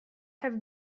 have